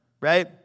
Right